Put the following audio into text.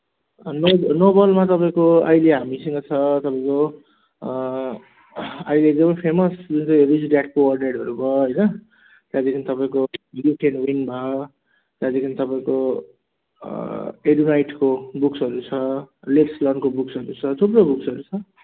Nobel नोबलमा तपाईँको अहिले हामीसँग छ तपाईँको अहिले एकदमै फेमस जुन चाहिँ रिच ड्याड पुअर ड्याडहरू भयो होइन त्यहाँदेखि तपाईँको यु क्यान विन भयो त्यहाँदेखि तपाईँको एडराइडको बुक्सहरू छ लेक्सलनको बुक्सहरू छ थुप्रो बुक्सहरू छ